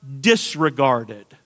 disregarded